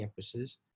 campuses